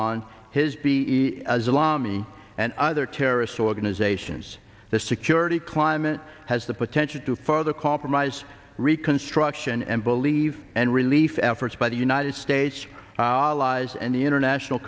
taleban his be as a law me and other terrorist organizations the security climate has the potential to further compromise reconstruction and believe and relief efforts by the united states allies and the international